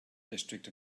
district